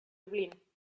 dublín